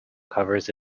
covers